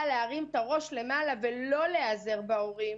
להרים את הראש למעלה ולא להיעזר בהורים,